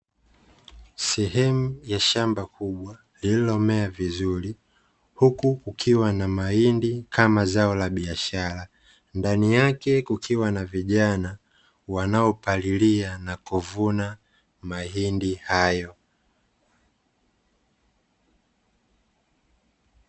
Sehemu ya shamba kubwa lililomea vizuri huku kukiwa na mahindi kama zao la biashara, ndani yake kukiwa na vijana wanaopalilia na kuvuna mahindi hayo.